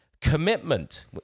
commitment